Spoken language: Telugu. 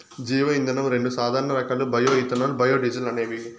జీవ ఇంధనం రెండు సాధారణ రకాలు బయో ఇథనాల్, బయోడీజల్ అనేవి